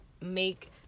make